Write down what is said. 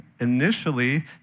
initially